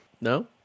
No